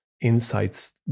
insights